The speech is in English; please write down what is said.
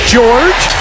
George